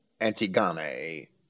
Antigone